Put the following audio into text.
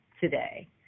today